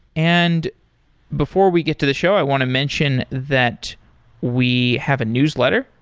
and before we get to the show i want to mention that we have a newsletter.